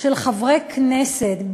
של חברי כנסת,